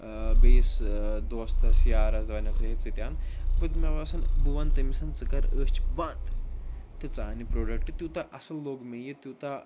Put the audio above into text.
ٲں بیٚیِس ٲں دوستَس یارَس وۄنیٚکھ ژٕ ہے ژٕ تہِ اَن بہٕ مےٚ باسان بہٕ وَنہٕ تٔمِس ژٕ کَرٕ أچھۍ بنٛد تہٕ ژٕ اَن یہِ پرٛوڈَکٹہٕ تیٛوتاہ اصٕل لوٚگ مےٚ یہِ تیٛوتاہ